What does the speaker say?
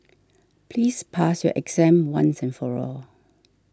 please pass your exam once and for all